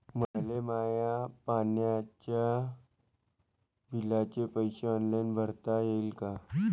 मले माया पाण्याच्या बिलाचे पैसे ऑनलाईन भरता येईन का?